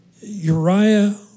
Uriah